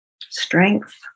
strength